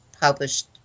published